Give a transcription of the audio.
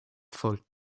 folgt